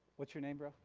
what's your name bro?